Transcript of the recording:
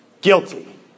guilty